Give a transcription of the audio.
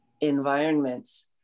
environments